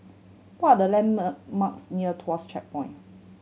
what are the land marks near Tuas Checkpoint